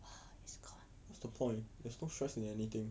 what's the point there's no stress in anything